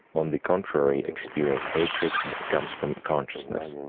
on the contrary, experience hatred that comes from consciousness,